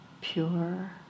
pure